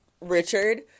Richard